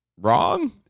wrong